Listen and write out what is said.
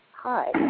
Hi